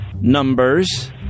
Numbers